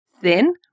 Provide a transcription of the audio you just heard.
thin